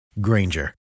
Granger